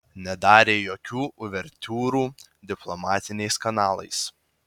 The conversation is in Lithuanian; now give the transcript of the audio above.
nedarė jokių uvertiūrų diplomatiniais kanalais